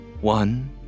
One